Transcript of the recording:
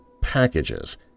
packages